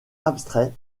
abstrait